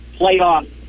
playoff